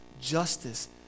justice